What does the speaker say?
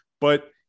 but-